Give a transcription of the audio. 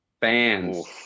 fans